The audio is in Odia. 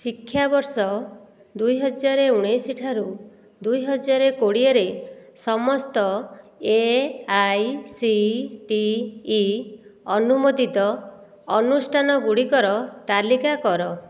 ଶିକ୍ଷାବର୍ଷ ଦୁଇ ହଜାରେ ଉଣେଇଶ ଠାରୁ ଦୁଇ ହଜାରେ କୋଡିଏରେ ସମସ୍ତ A I C T E ଅନୁମୋଦିତ ଅନୁଷ୍ଠାନଗୁଡ଼ିକର ତାଲିକା କର